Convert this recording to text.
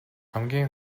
хамгийн